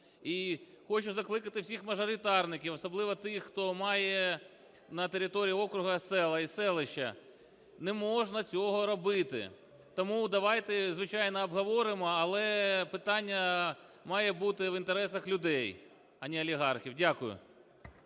І хочу закликати всіх мажоритарників, особливо тих, хто має на території округу села і селищна. Не можна цього робити. Тому давайте, звичайно, обговоримо, але питання має бути в інтересах людей, а не олігархів. Дякую.